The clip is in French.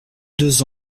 deux